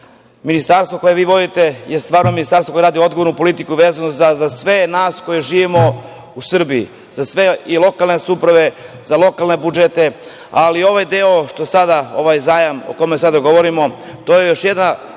Ministarstvo koje vi vodite je stvarno Ministarstvo koje vodi odgovornu politiku vezano za sve nas koji živimo u Srbiji, za sve lokalne samouprave, za lokalne budžete. Ali, ovaj deo, ovaj zajam o kome sada govorimo, to je još jedna